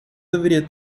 deveria